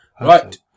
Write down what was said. Right